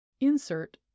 Insert